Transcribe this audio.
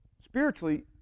spiritually